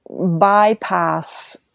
bypass